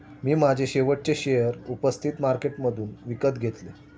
मी माझे शेवटचे शेअर उपस्थित मार्केटमधून विकत घेतले